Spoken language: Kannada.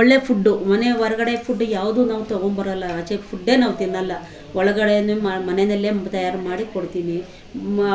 ಒಳ್ಳೆ ಫುಡ್ಡು ಮನೆಯ ಹೊರಗಡೆ ಫುಡ್ ಯಾವುದೂ ನಾಬು ತಗೊಂಡ್ಬರಲ್ಲ ಆಚೆ ಫುಡ್ಡೇ ನಾವು ತಿನ್ನಲ್ಲ ಒಳಗಡೆಯೇ ಮಾಡಿ ಮನೇಯಲ್ಲೇ ತಯಾರು ಮಾಡಿ ಕೊಡ್ತೀನಿ